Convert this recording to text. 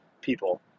people